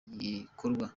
igikorwa